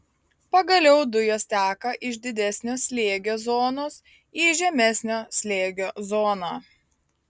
pagaliau dujos teka iš didesnio slėgio zonos į žemesnio slėgio zoną